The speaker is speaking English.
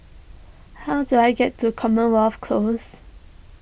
how do I get to Commonwealth Close